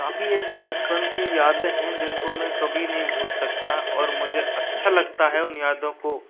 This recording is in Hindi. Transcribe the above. काफी ऐसी बचपन की यादें हैं जिनको मैं कभी नहीं भूल सकता और मुझे अच्छा लगता है उन यादों को